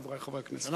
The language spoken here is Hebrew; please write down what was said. חברי חברי הכנסת.